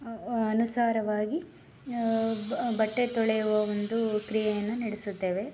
ಅನುಸಾರವಾಗಿ ಬಟ್ಟೆ ತೊಳೆಯುವ ಒಂದು ಕ್ರಿಯೆಯನ್ನು ನಡೆಸುತ್ತೇವೆ